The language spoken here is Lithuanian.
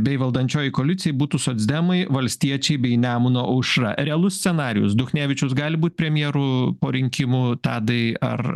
bei valdančioj koalicijoj būtų socdemai valstiečiai bei nemuno aušra realus scenarijus duchnevičius gali būt premjeru po rinkimų tadai ar